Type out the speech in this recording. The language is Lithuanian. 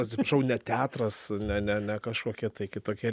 atsiprašau ne teatras ne ne ne kažkokie kitokie